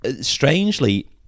strangely